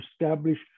establish